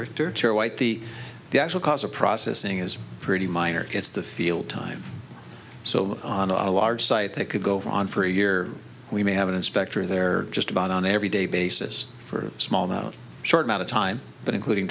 chair white the actual cost of processing is pretty minor against the field time so on a large site that could go on for a year we may have an inspector there just about on every day basis for small amounts short amount of time but including